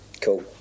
cool